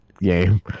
game